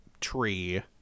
tree